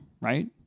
right